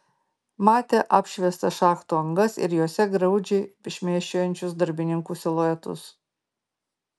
matė apšviestas šachtų angas ir jose graudžiai šmėsčiojančius darbininkų siluetus